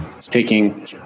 taking